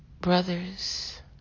brothers